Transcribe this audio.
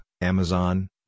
Amazon